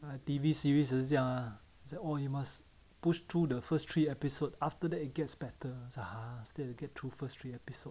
ah T_V series 也是这样 ah oh you must push through the first three episode after that it gets better !huh! still have to get through first three episode